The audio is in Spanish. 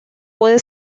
puede